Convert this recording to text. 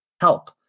help